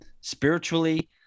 spiritually